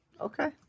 Okay